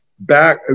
Back